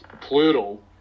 plural